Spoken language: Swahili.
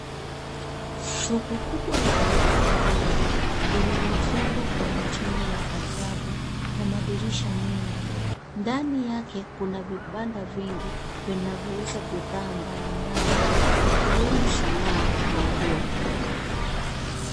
Soko kubwa lenye paa refu. Lililojengwa kwa mtindo wa ajabu na madirisha mengi. Ndani yake kuna vibanda vingi, vinavyouza bidhaa mbali mbali, vikiwemo sanaa na nguo.